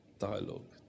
dialogue